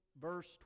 verse